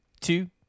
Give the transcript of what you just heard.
two